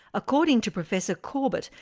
according to professor corbett,